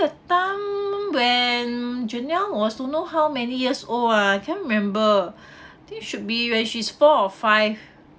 that time when janelle was don't know how many years old ah I can't remember I think should be when she is four or five